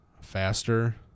faster